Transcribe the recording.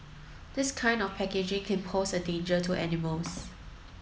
this kind of packaging can pose a danger to animals